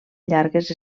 llargues